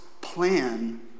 plan